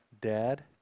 dad